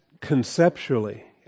conceptually